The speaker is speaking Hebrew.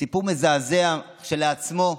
סיפור מזעזע כשלעצמו,